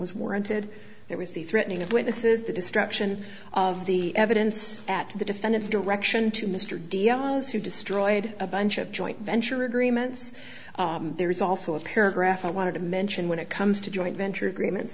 was warranted it was the threatening of witnesses the destruction of the evidence at the defendant's direction to mr diaz who destroyed a bunch of joint venture agreements there is also a paragraph i wanted to mention when it comes to joint venture agreements